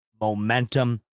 momentum